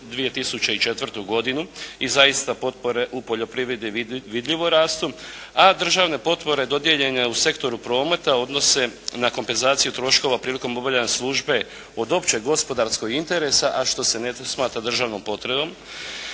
2004. godinu. I zaista potpore u poljoprivredi vidljivo rastu. A državne potpore dodijeljene u sektoru prometa odnose na kompenzaciju troškova prilikom obavljanja službe od općeg gospodarskog interesa a što se ne smatra državnom potrebom.